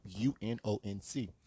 UNONC